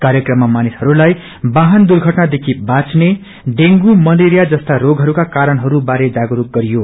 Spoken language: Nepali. कार्यक्रममा मानिसहरूलाई वाहन दुर्घटनादेखि बाँच्ने डेंगू मलेरिया जस्ता रोगहस्का कारणहय बारे जागस्क गरियो